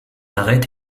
arête